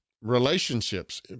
relationships